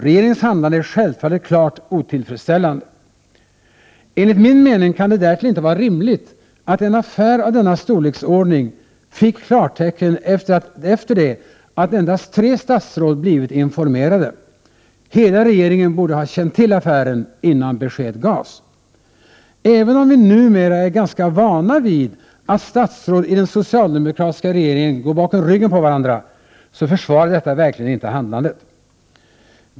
Regeringens handlande är självfallet klart otillfredsställande. Enligt min mening kan det därtill inte vara rimligt att en affär av denna storleksordning fick klartecken efter det att endast tre statsråd blivit informerade. Hela regeringen borde ha känt till affären innan besked gavs. Även om vi numera är ganska vana vid att statsråd i den socialdemokratiska regeringen går bakom ryggen på varandra, försvarar detta verkligen inte handlandet.